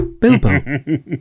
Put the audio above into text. Bilbo